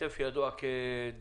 הטף ידוע כדגן